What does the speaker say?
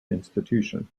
institution